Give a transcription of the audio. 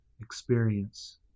experience